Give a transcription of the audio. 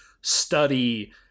study